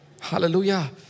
Hallelujah